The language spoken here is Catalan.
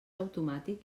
automàtic